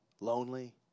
lonely